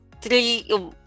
three